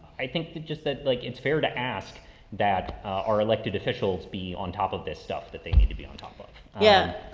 i think that just that, like, it's fair to ask that our elected officials be on top of this stuff that they need to be on top of. yeah.